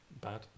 bad